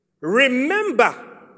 remember